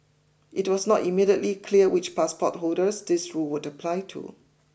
it was not immediately clear which passport holders this rule would apply to